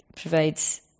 provides